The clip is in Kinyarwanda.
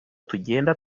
tugenda